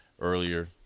earlier